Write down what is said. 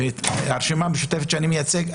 והרשימה המשותפת שאני מייצג,